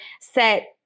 set